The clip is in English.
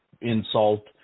insult